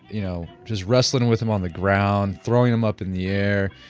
you know, just wrestling with him on the ground, throwing him up in the air,